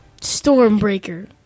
Stormbreaker